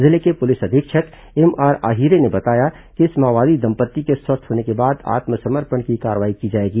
जिले के पुलिस अधीक्षक एमआर आहिरे ने बताया कि इस माओवादी दंपत्ति के स्वस्थ होने के बाद आत्मसमर्पण की कार्रवाई की जाएगी